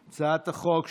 הצעת החוק הממשלתית,